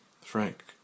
Frank